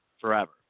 forever